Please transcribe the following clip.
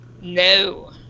No